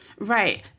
Right